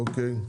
אוקיי,